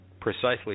precisely